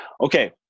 Okay